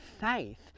faith